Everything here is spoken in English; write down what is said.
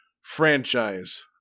franchise